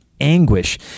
anguish